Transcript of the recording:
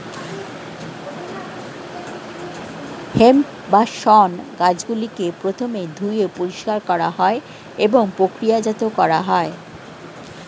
hemp বা শণ গাছগুলিকে প্রথমে ধুয়ে পরিষ্কার করা হয় এবং প্রক্রিয়াজাত করা হয়